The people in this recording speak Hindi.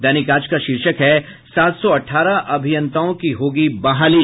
दैनिक आज का शीर्षक है सात सौ अठारह अभियंताओं की होगी बहाली